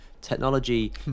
technology